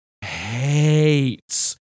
hates